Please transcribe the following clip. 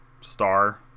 Star